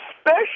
special